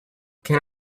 can